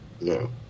No